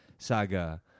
Saga